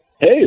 hey